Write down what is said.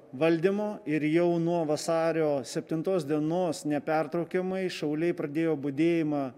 valdymo ir jau nuo vasario septintos dienos nepertraukiamai šauliai pradėjo budėjimą